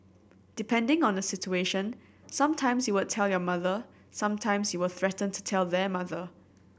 depending on the situation some times you would tell your mother some times you will threaten to tell their mother